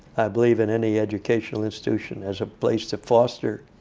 i believe in any educational institution, as a place to foster